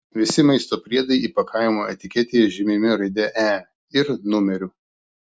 visi maisto priedai įpakavimo etiketėje žymimi raide e ir numeriu